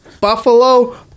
Buffalo